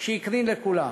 שהקרין לכולם.